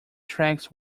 tracks